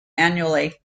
annually